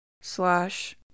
slash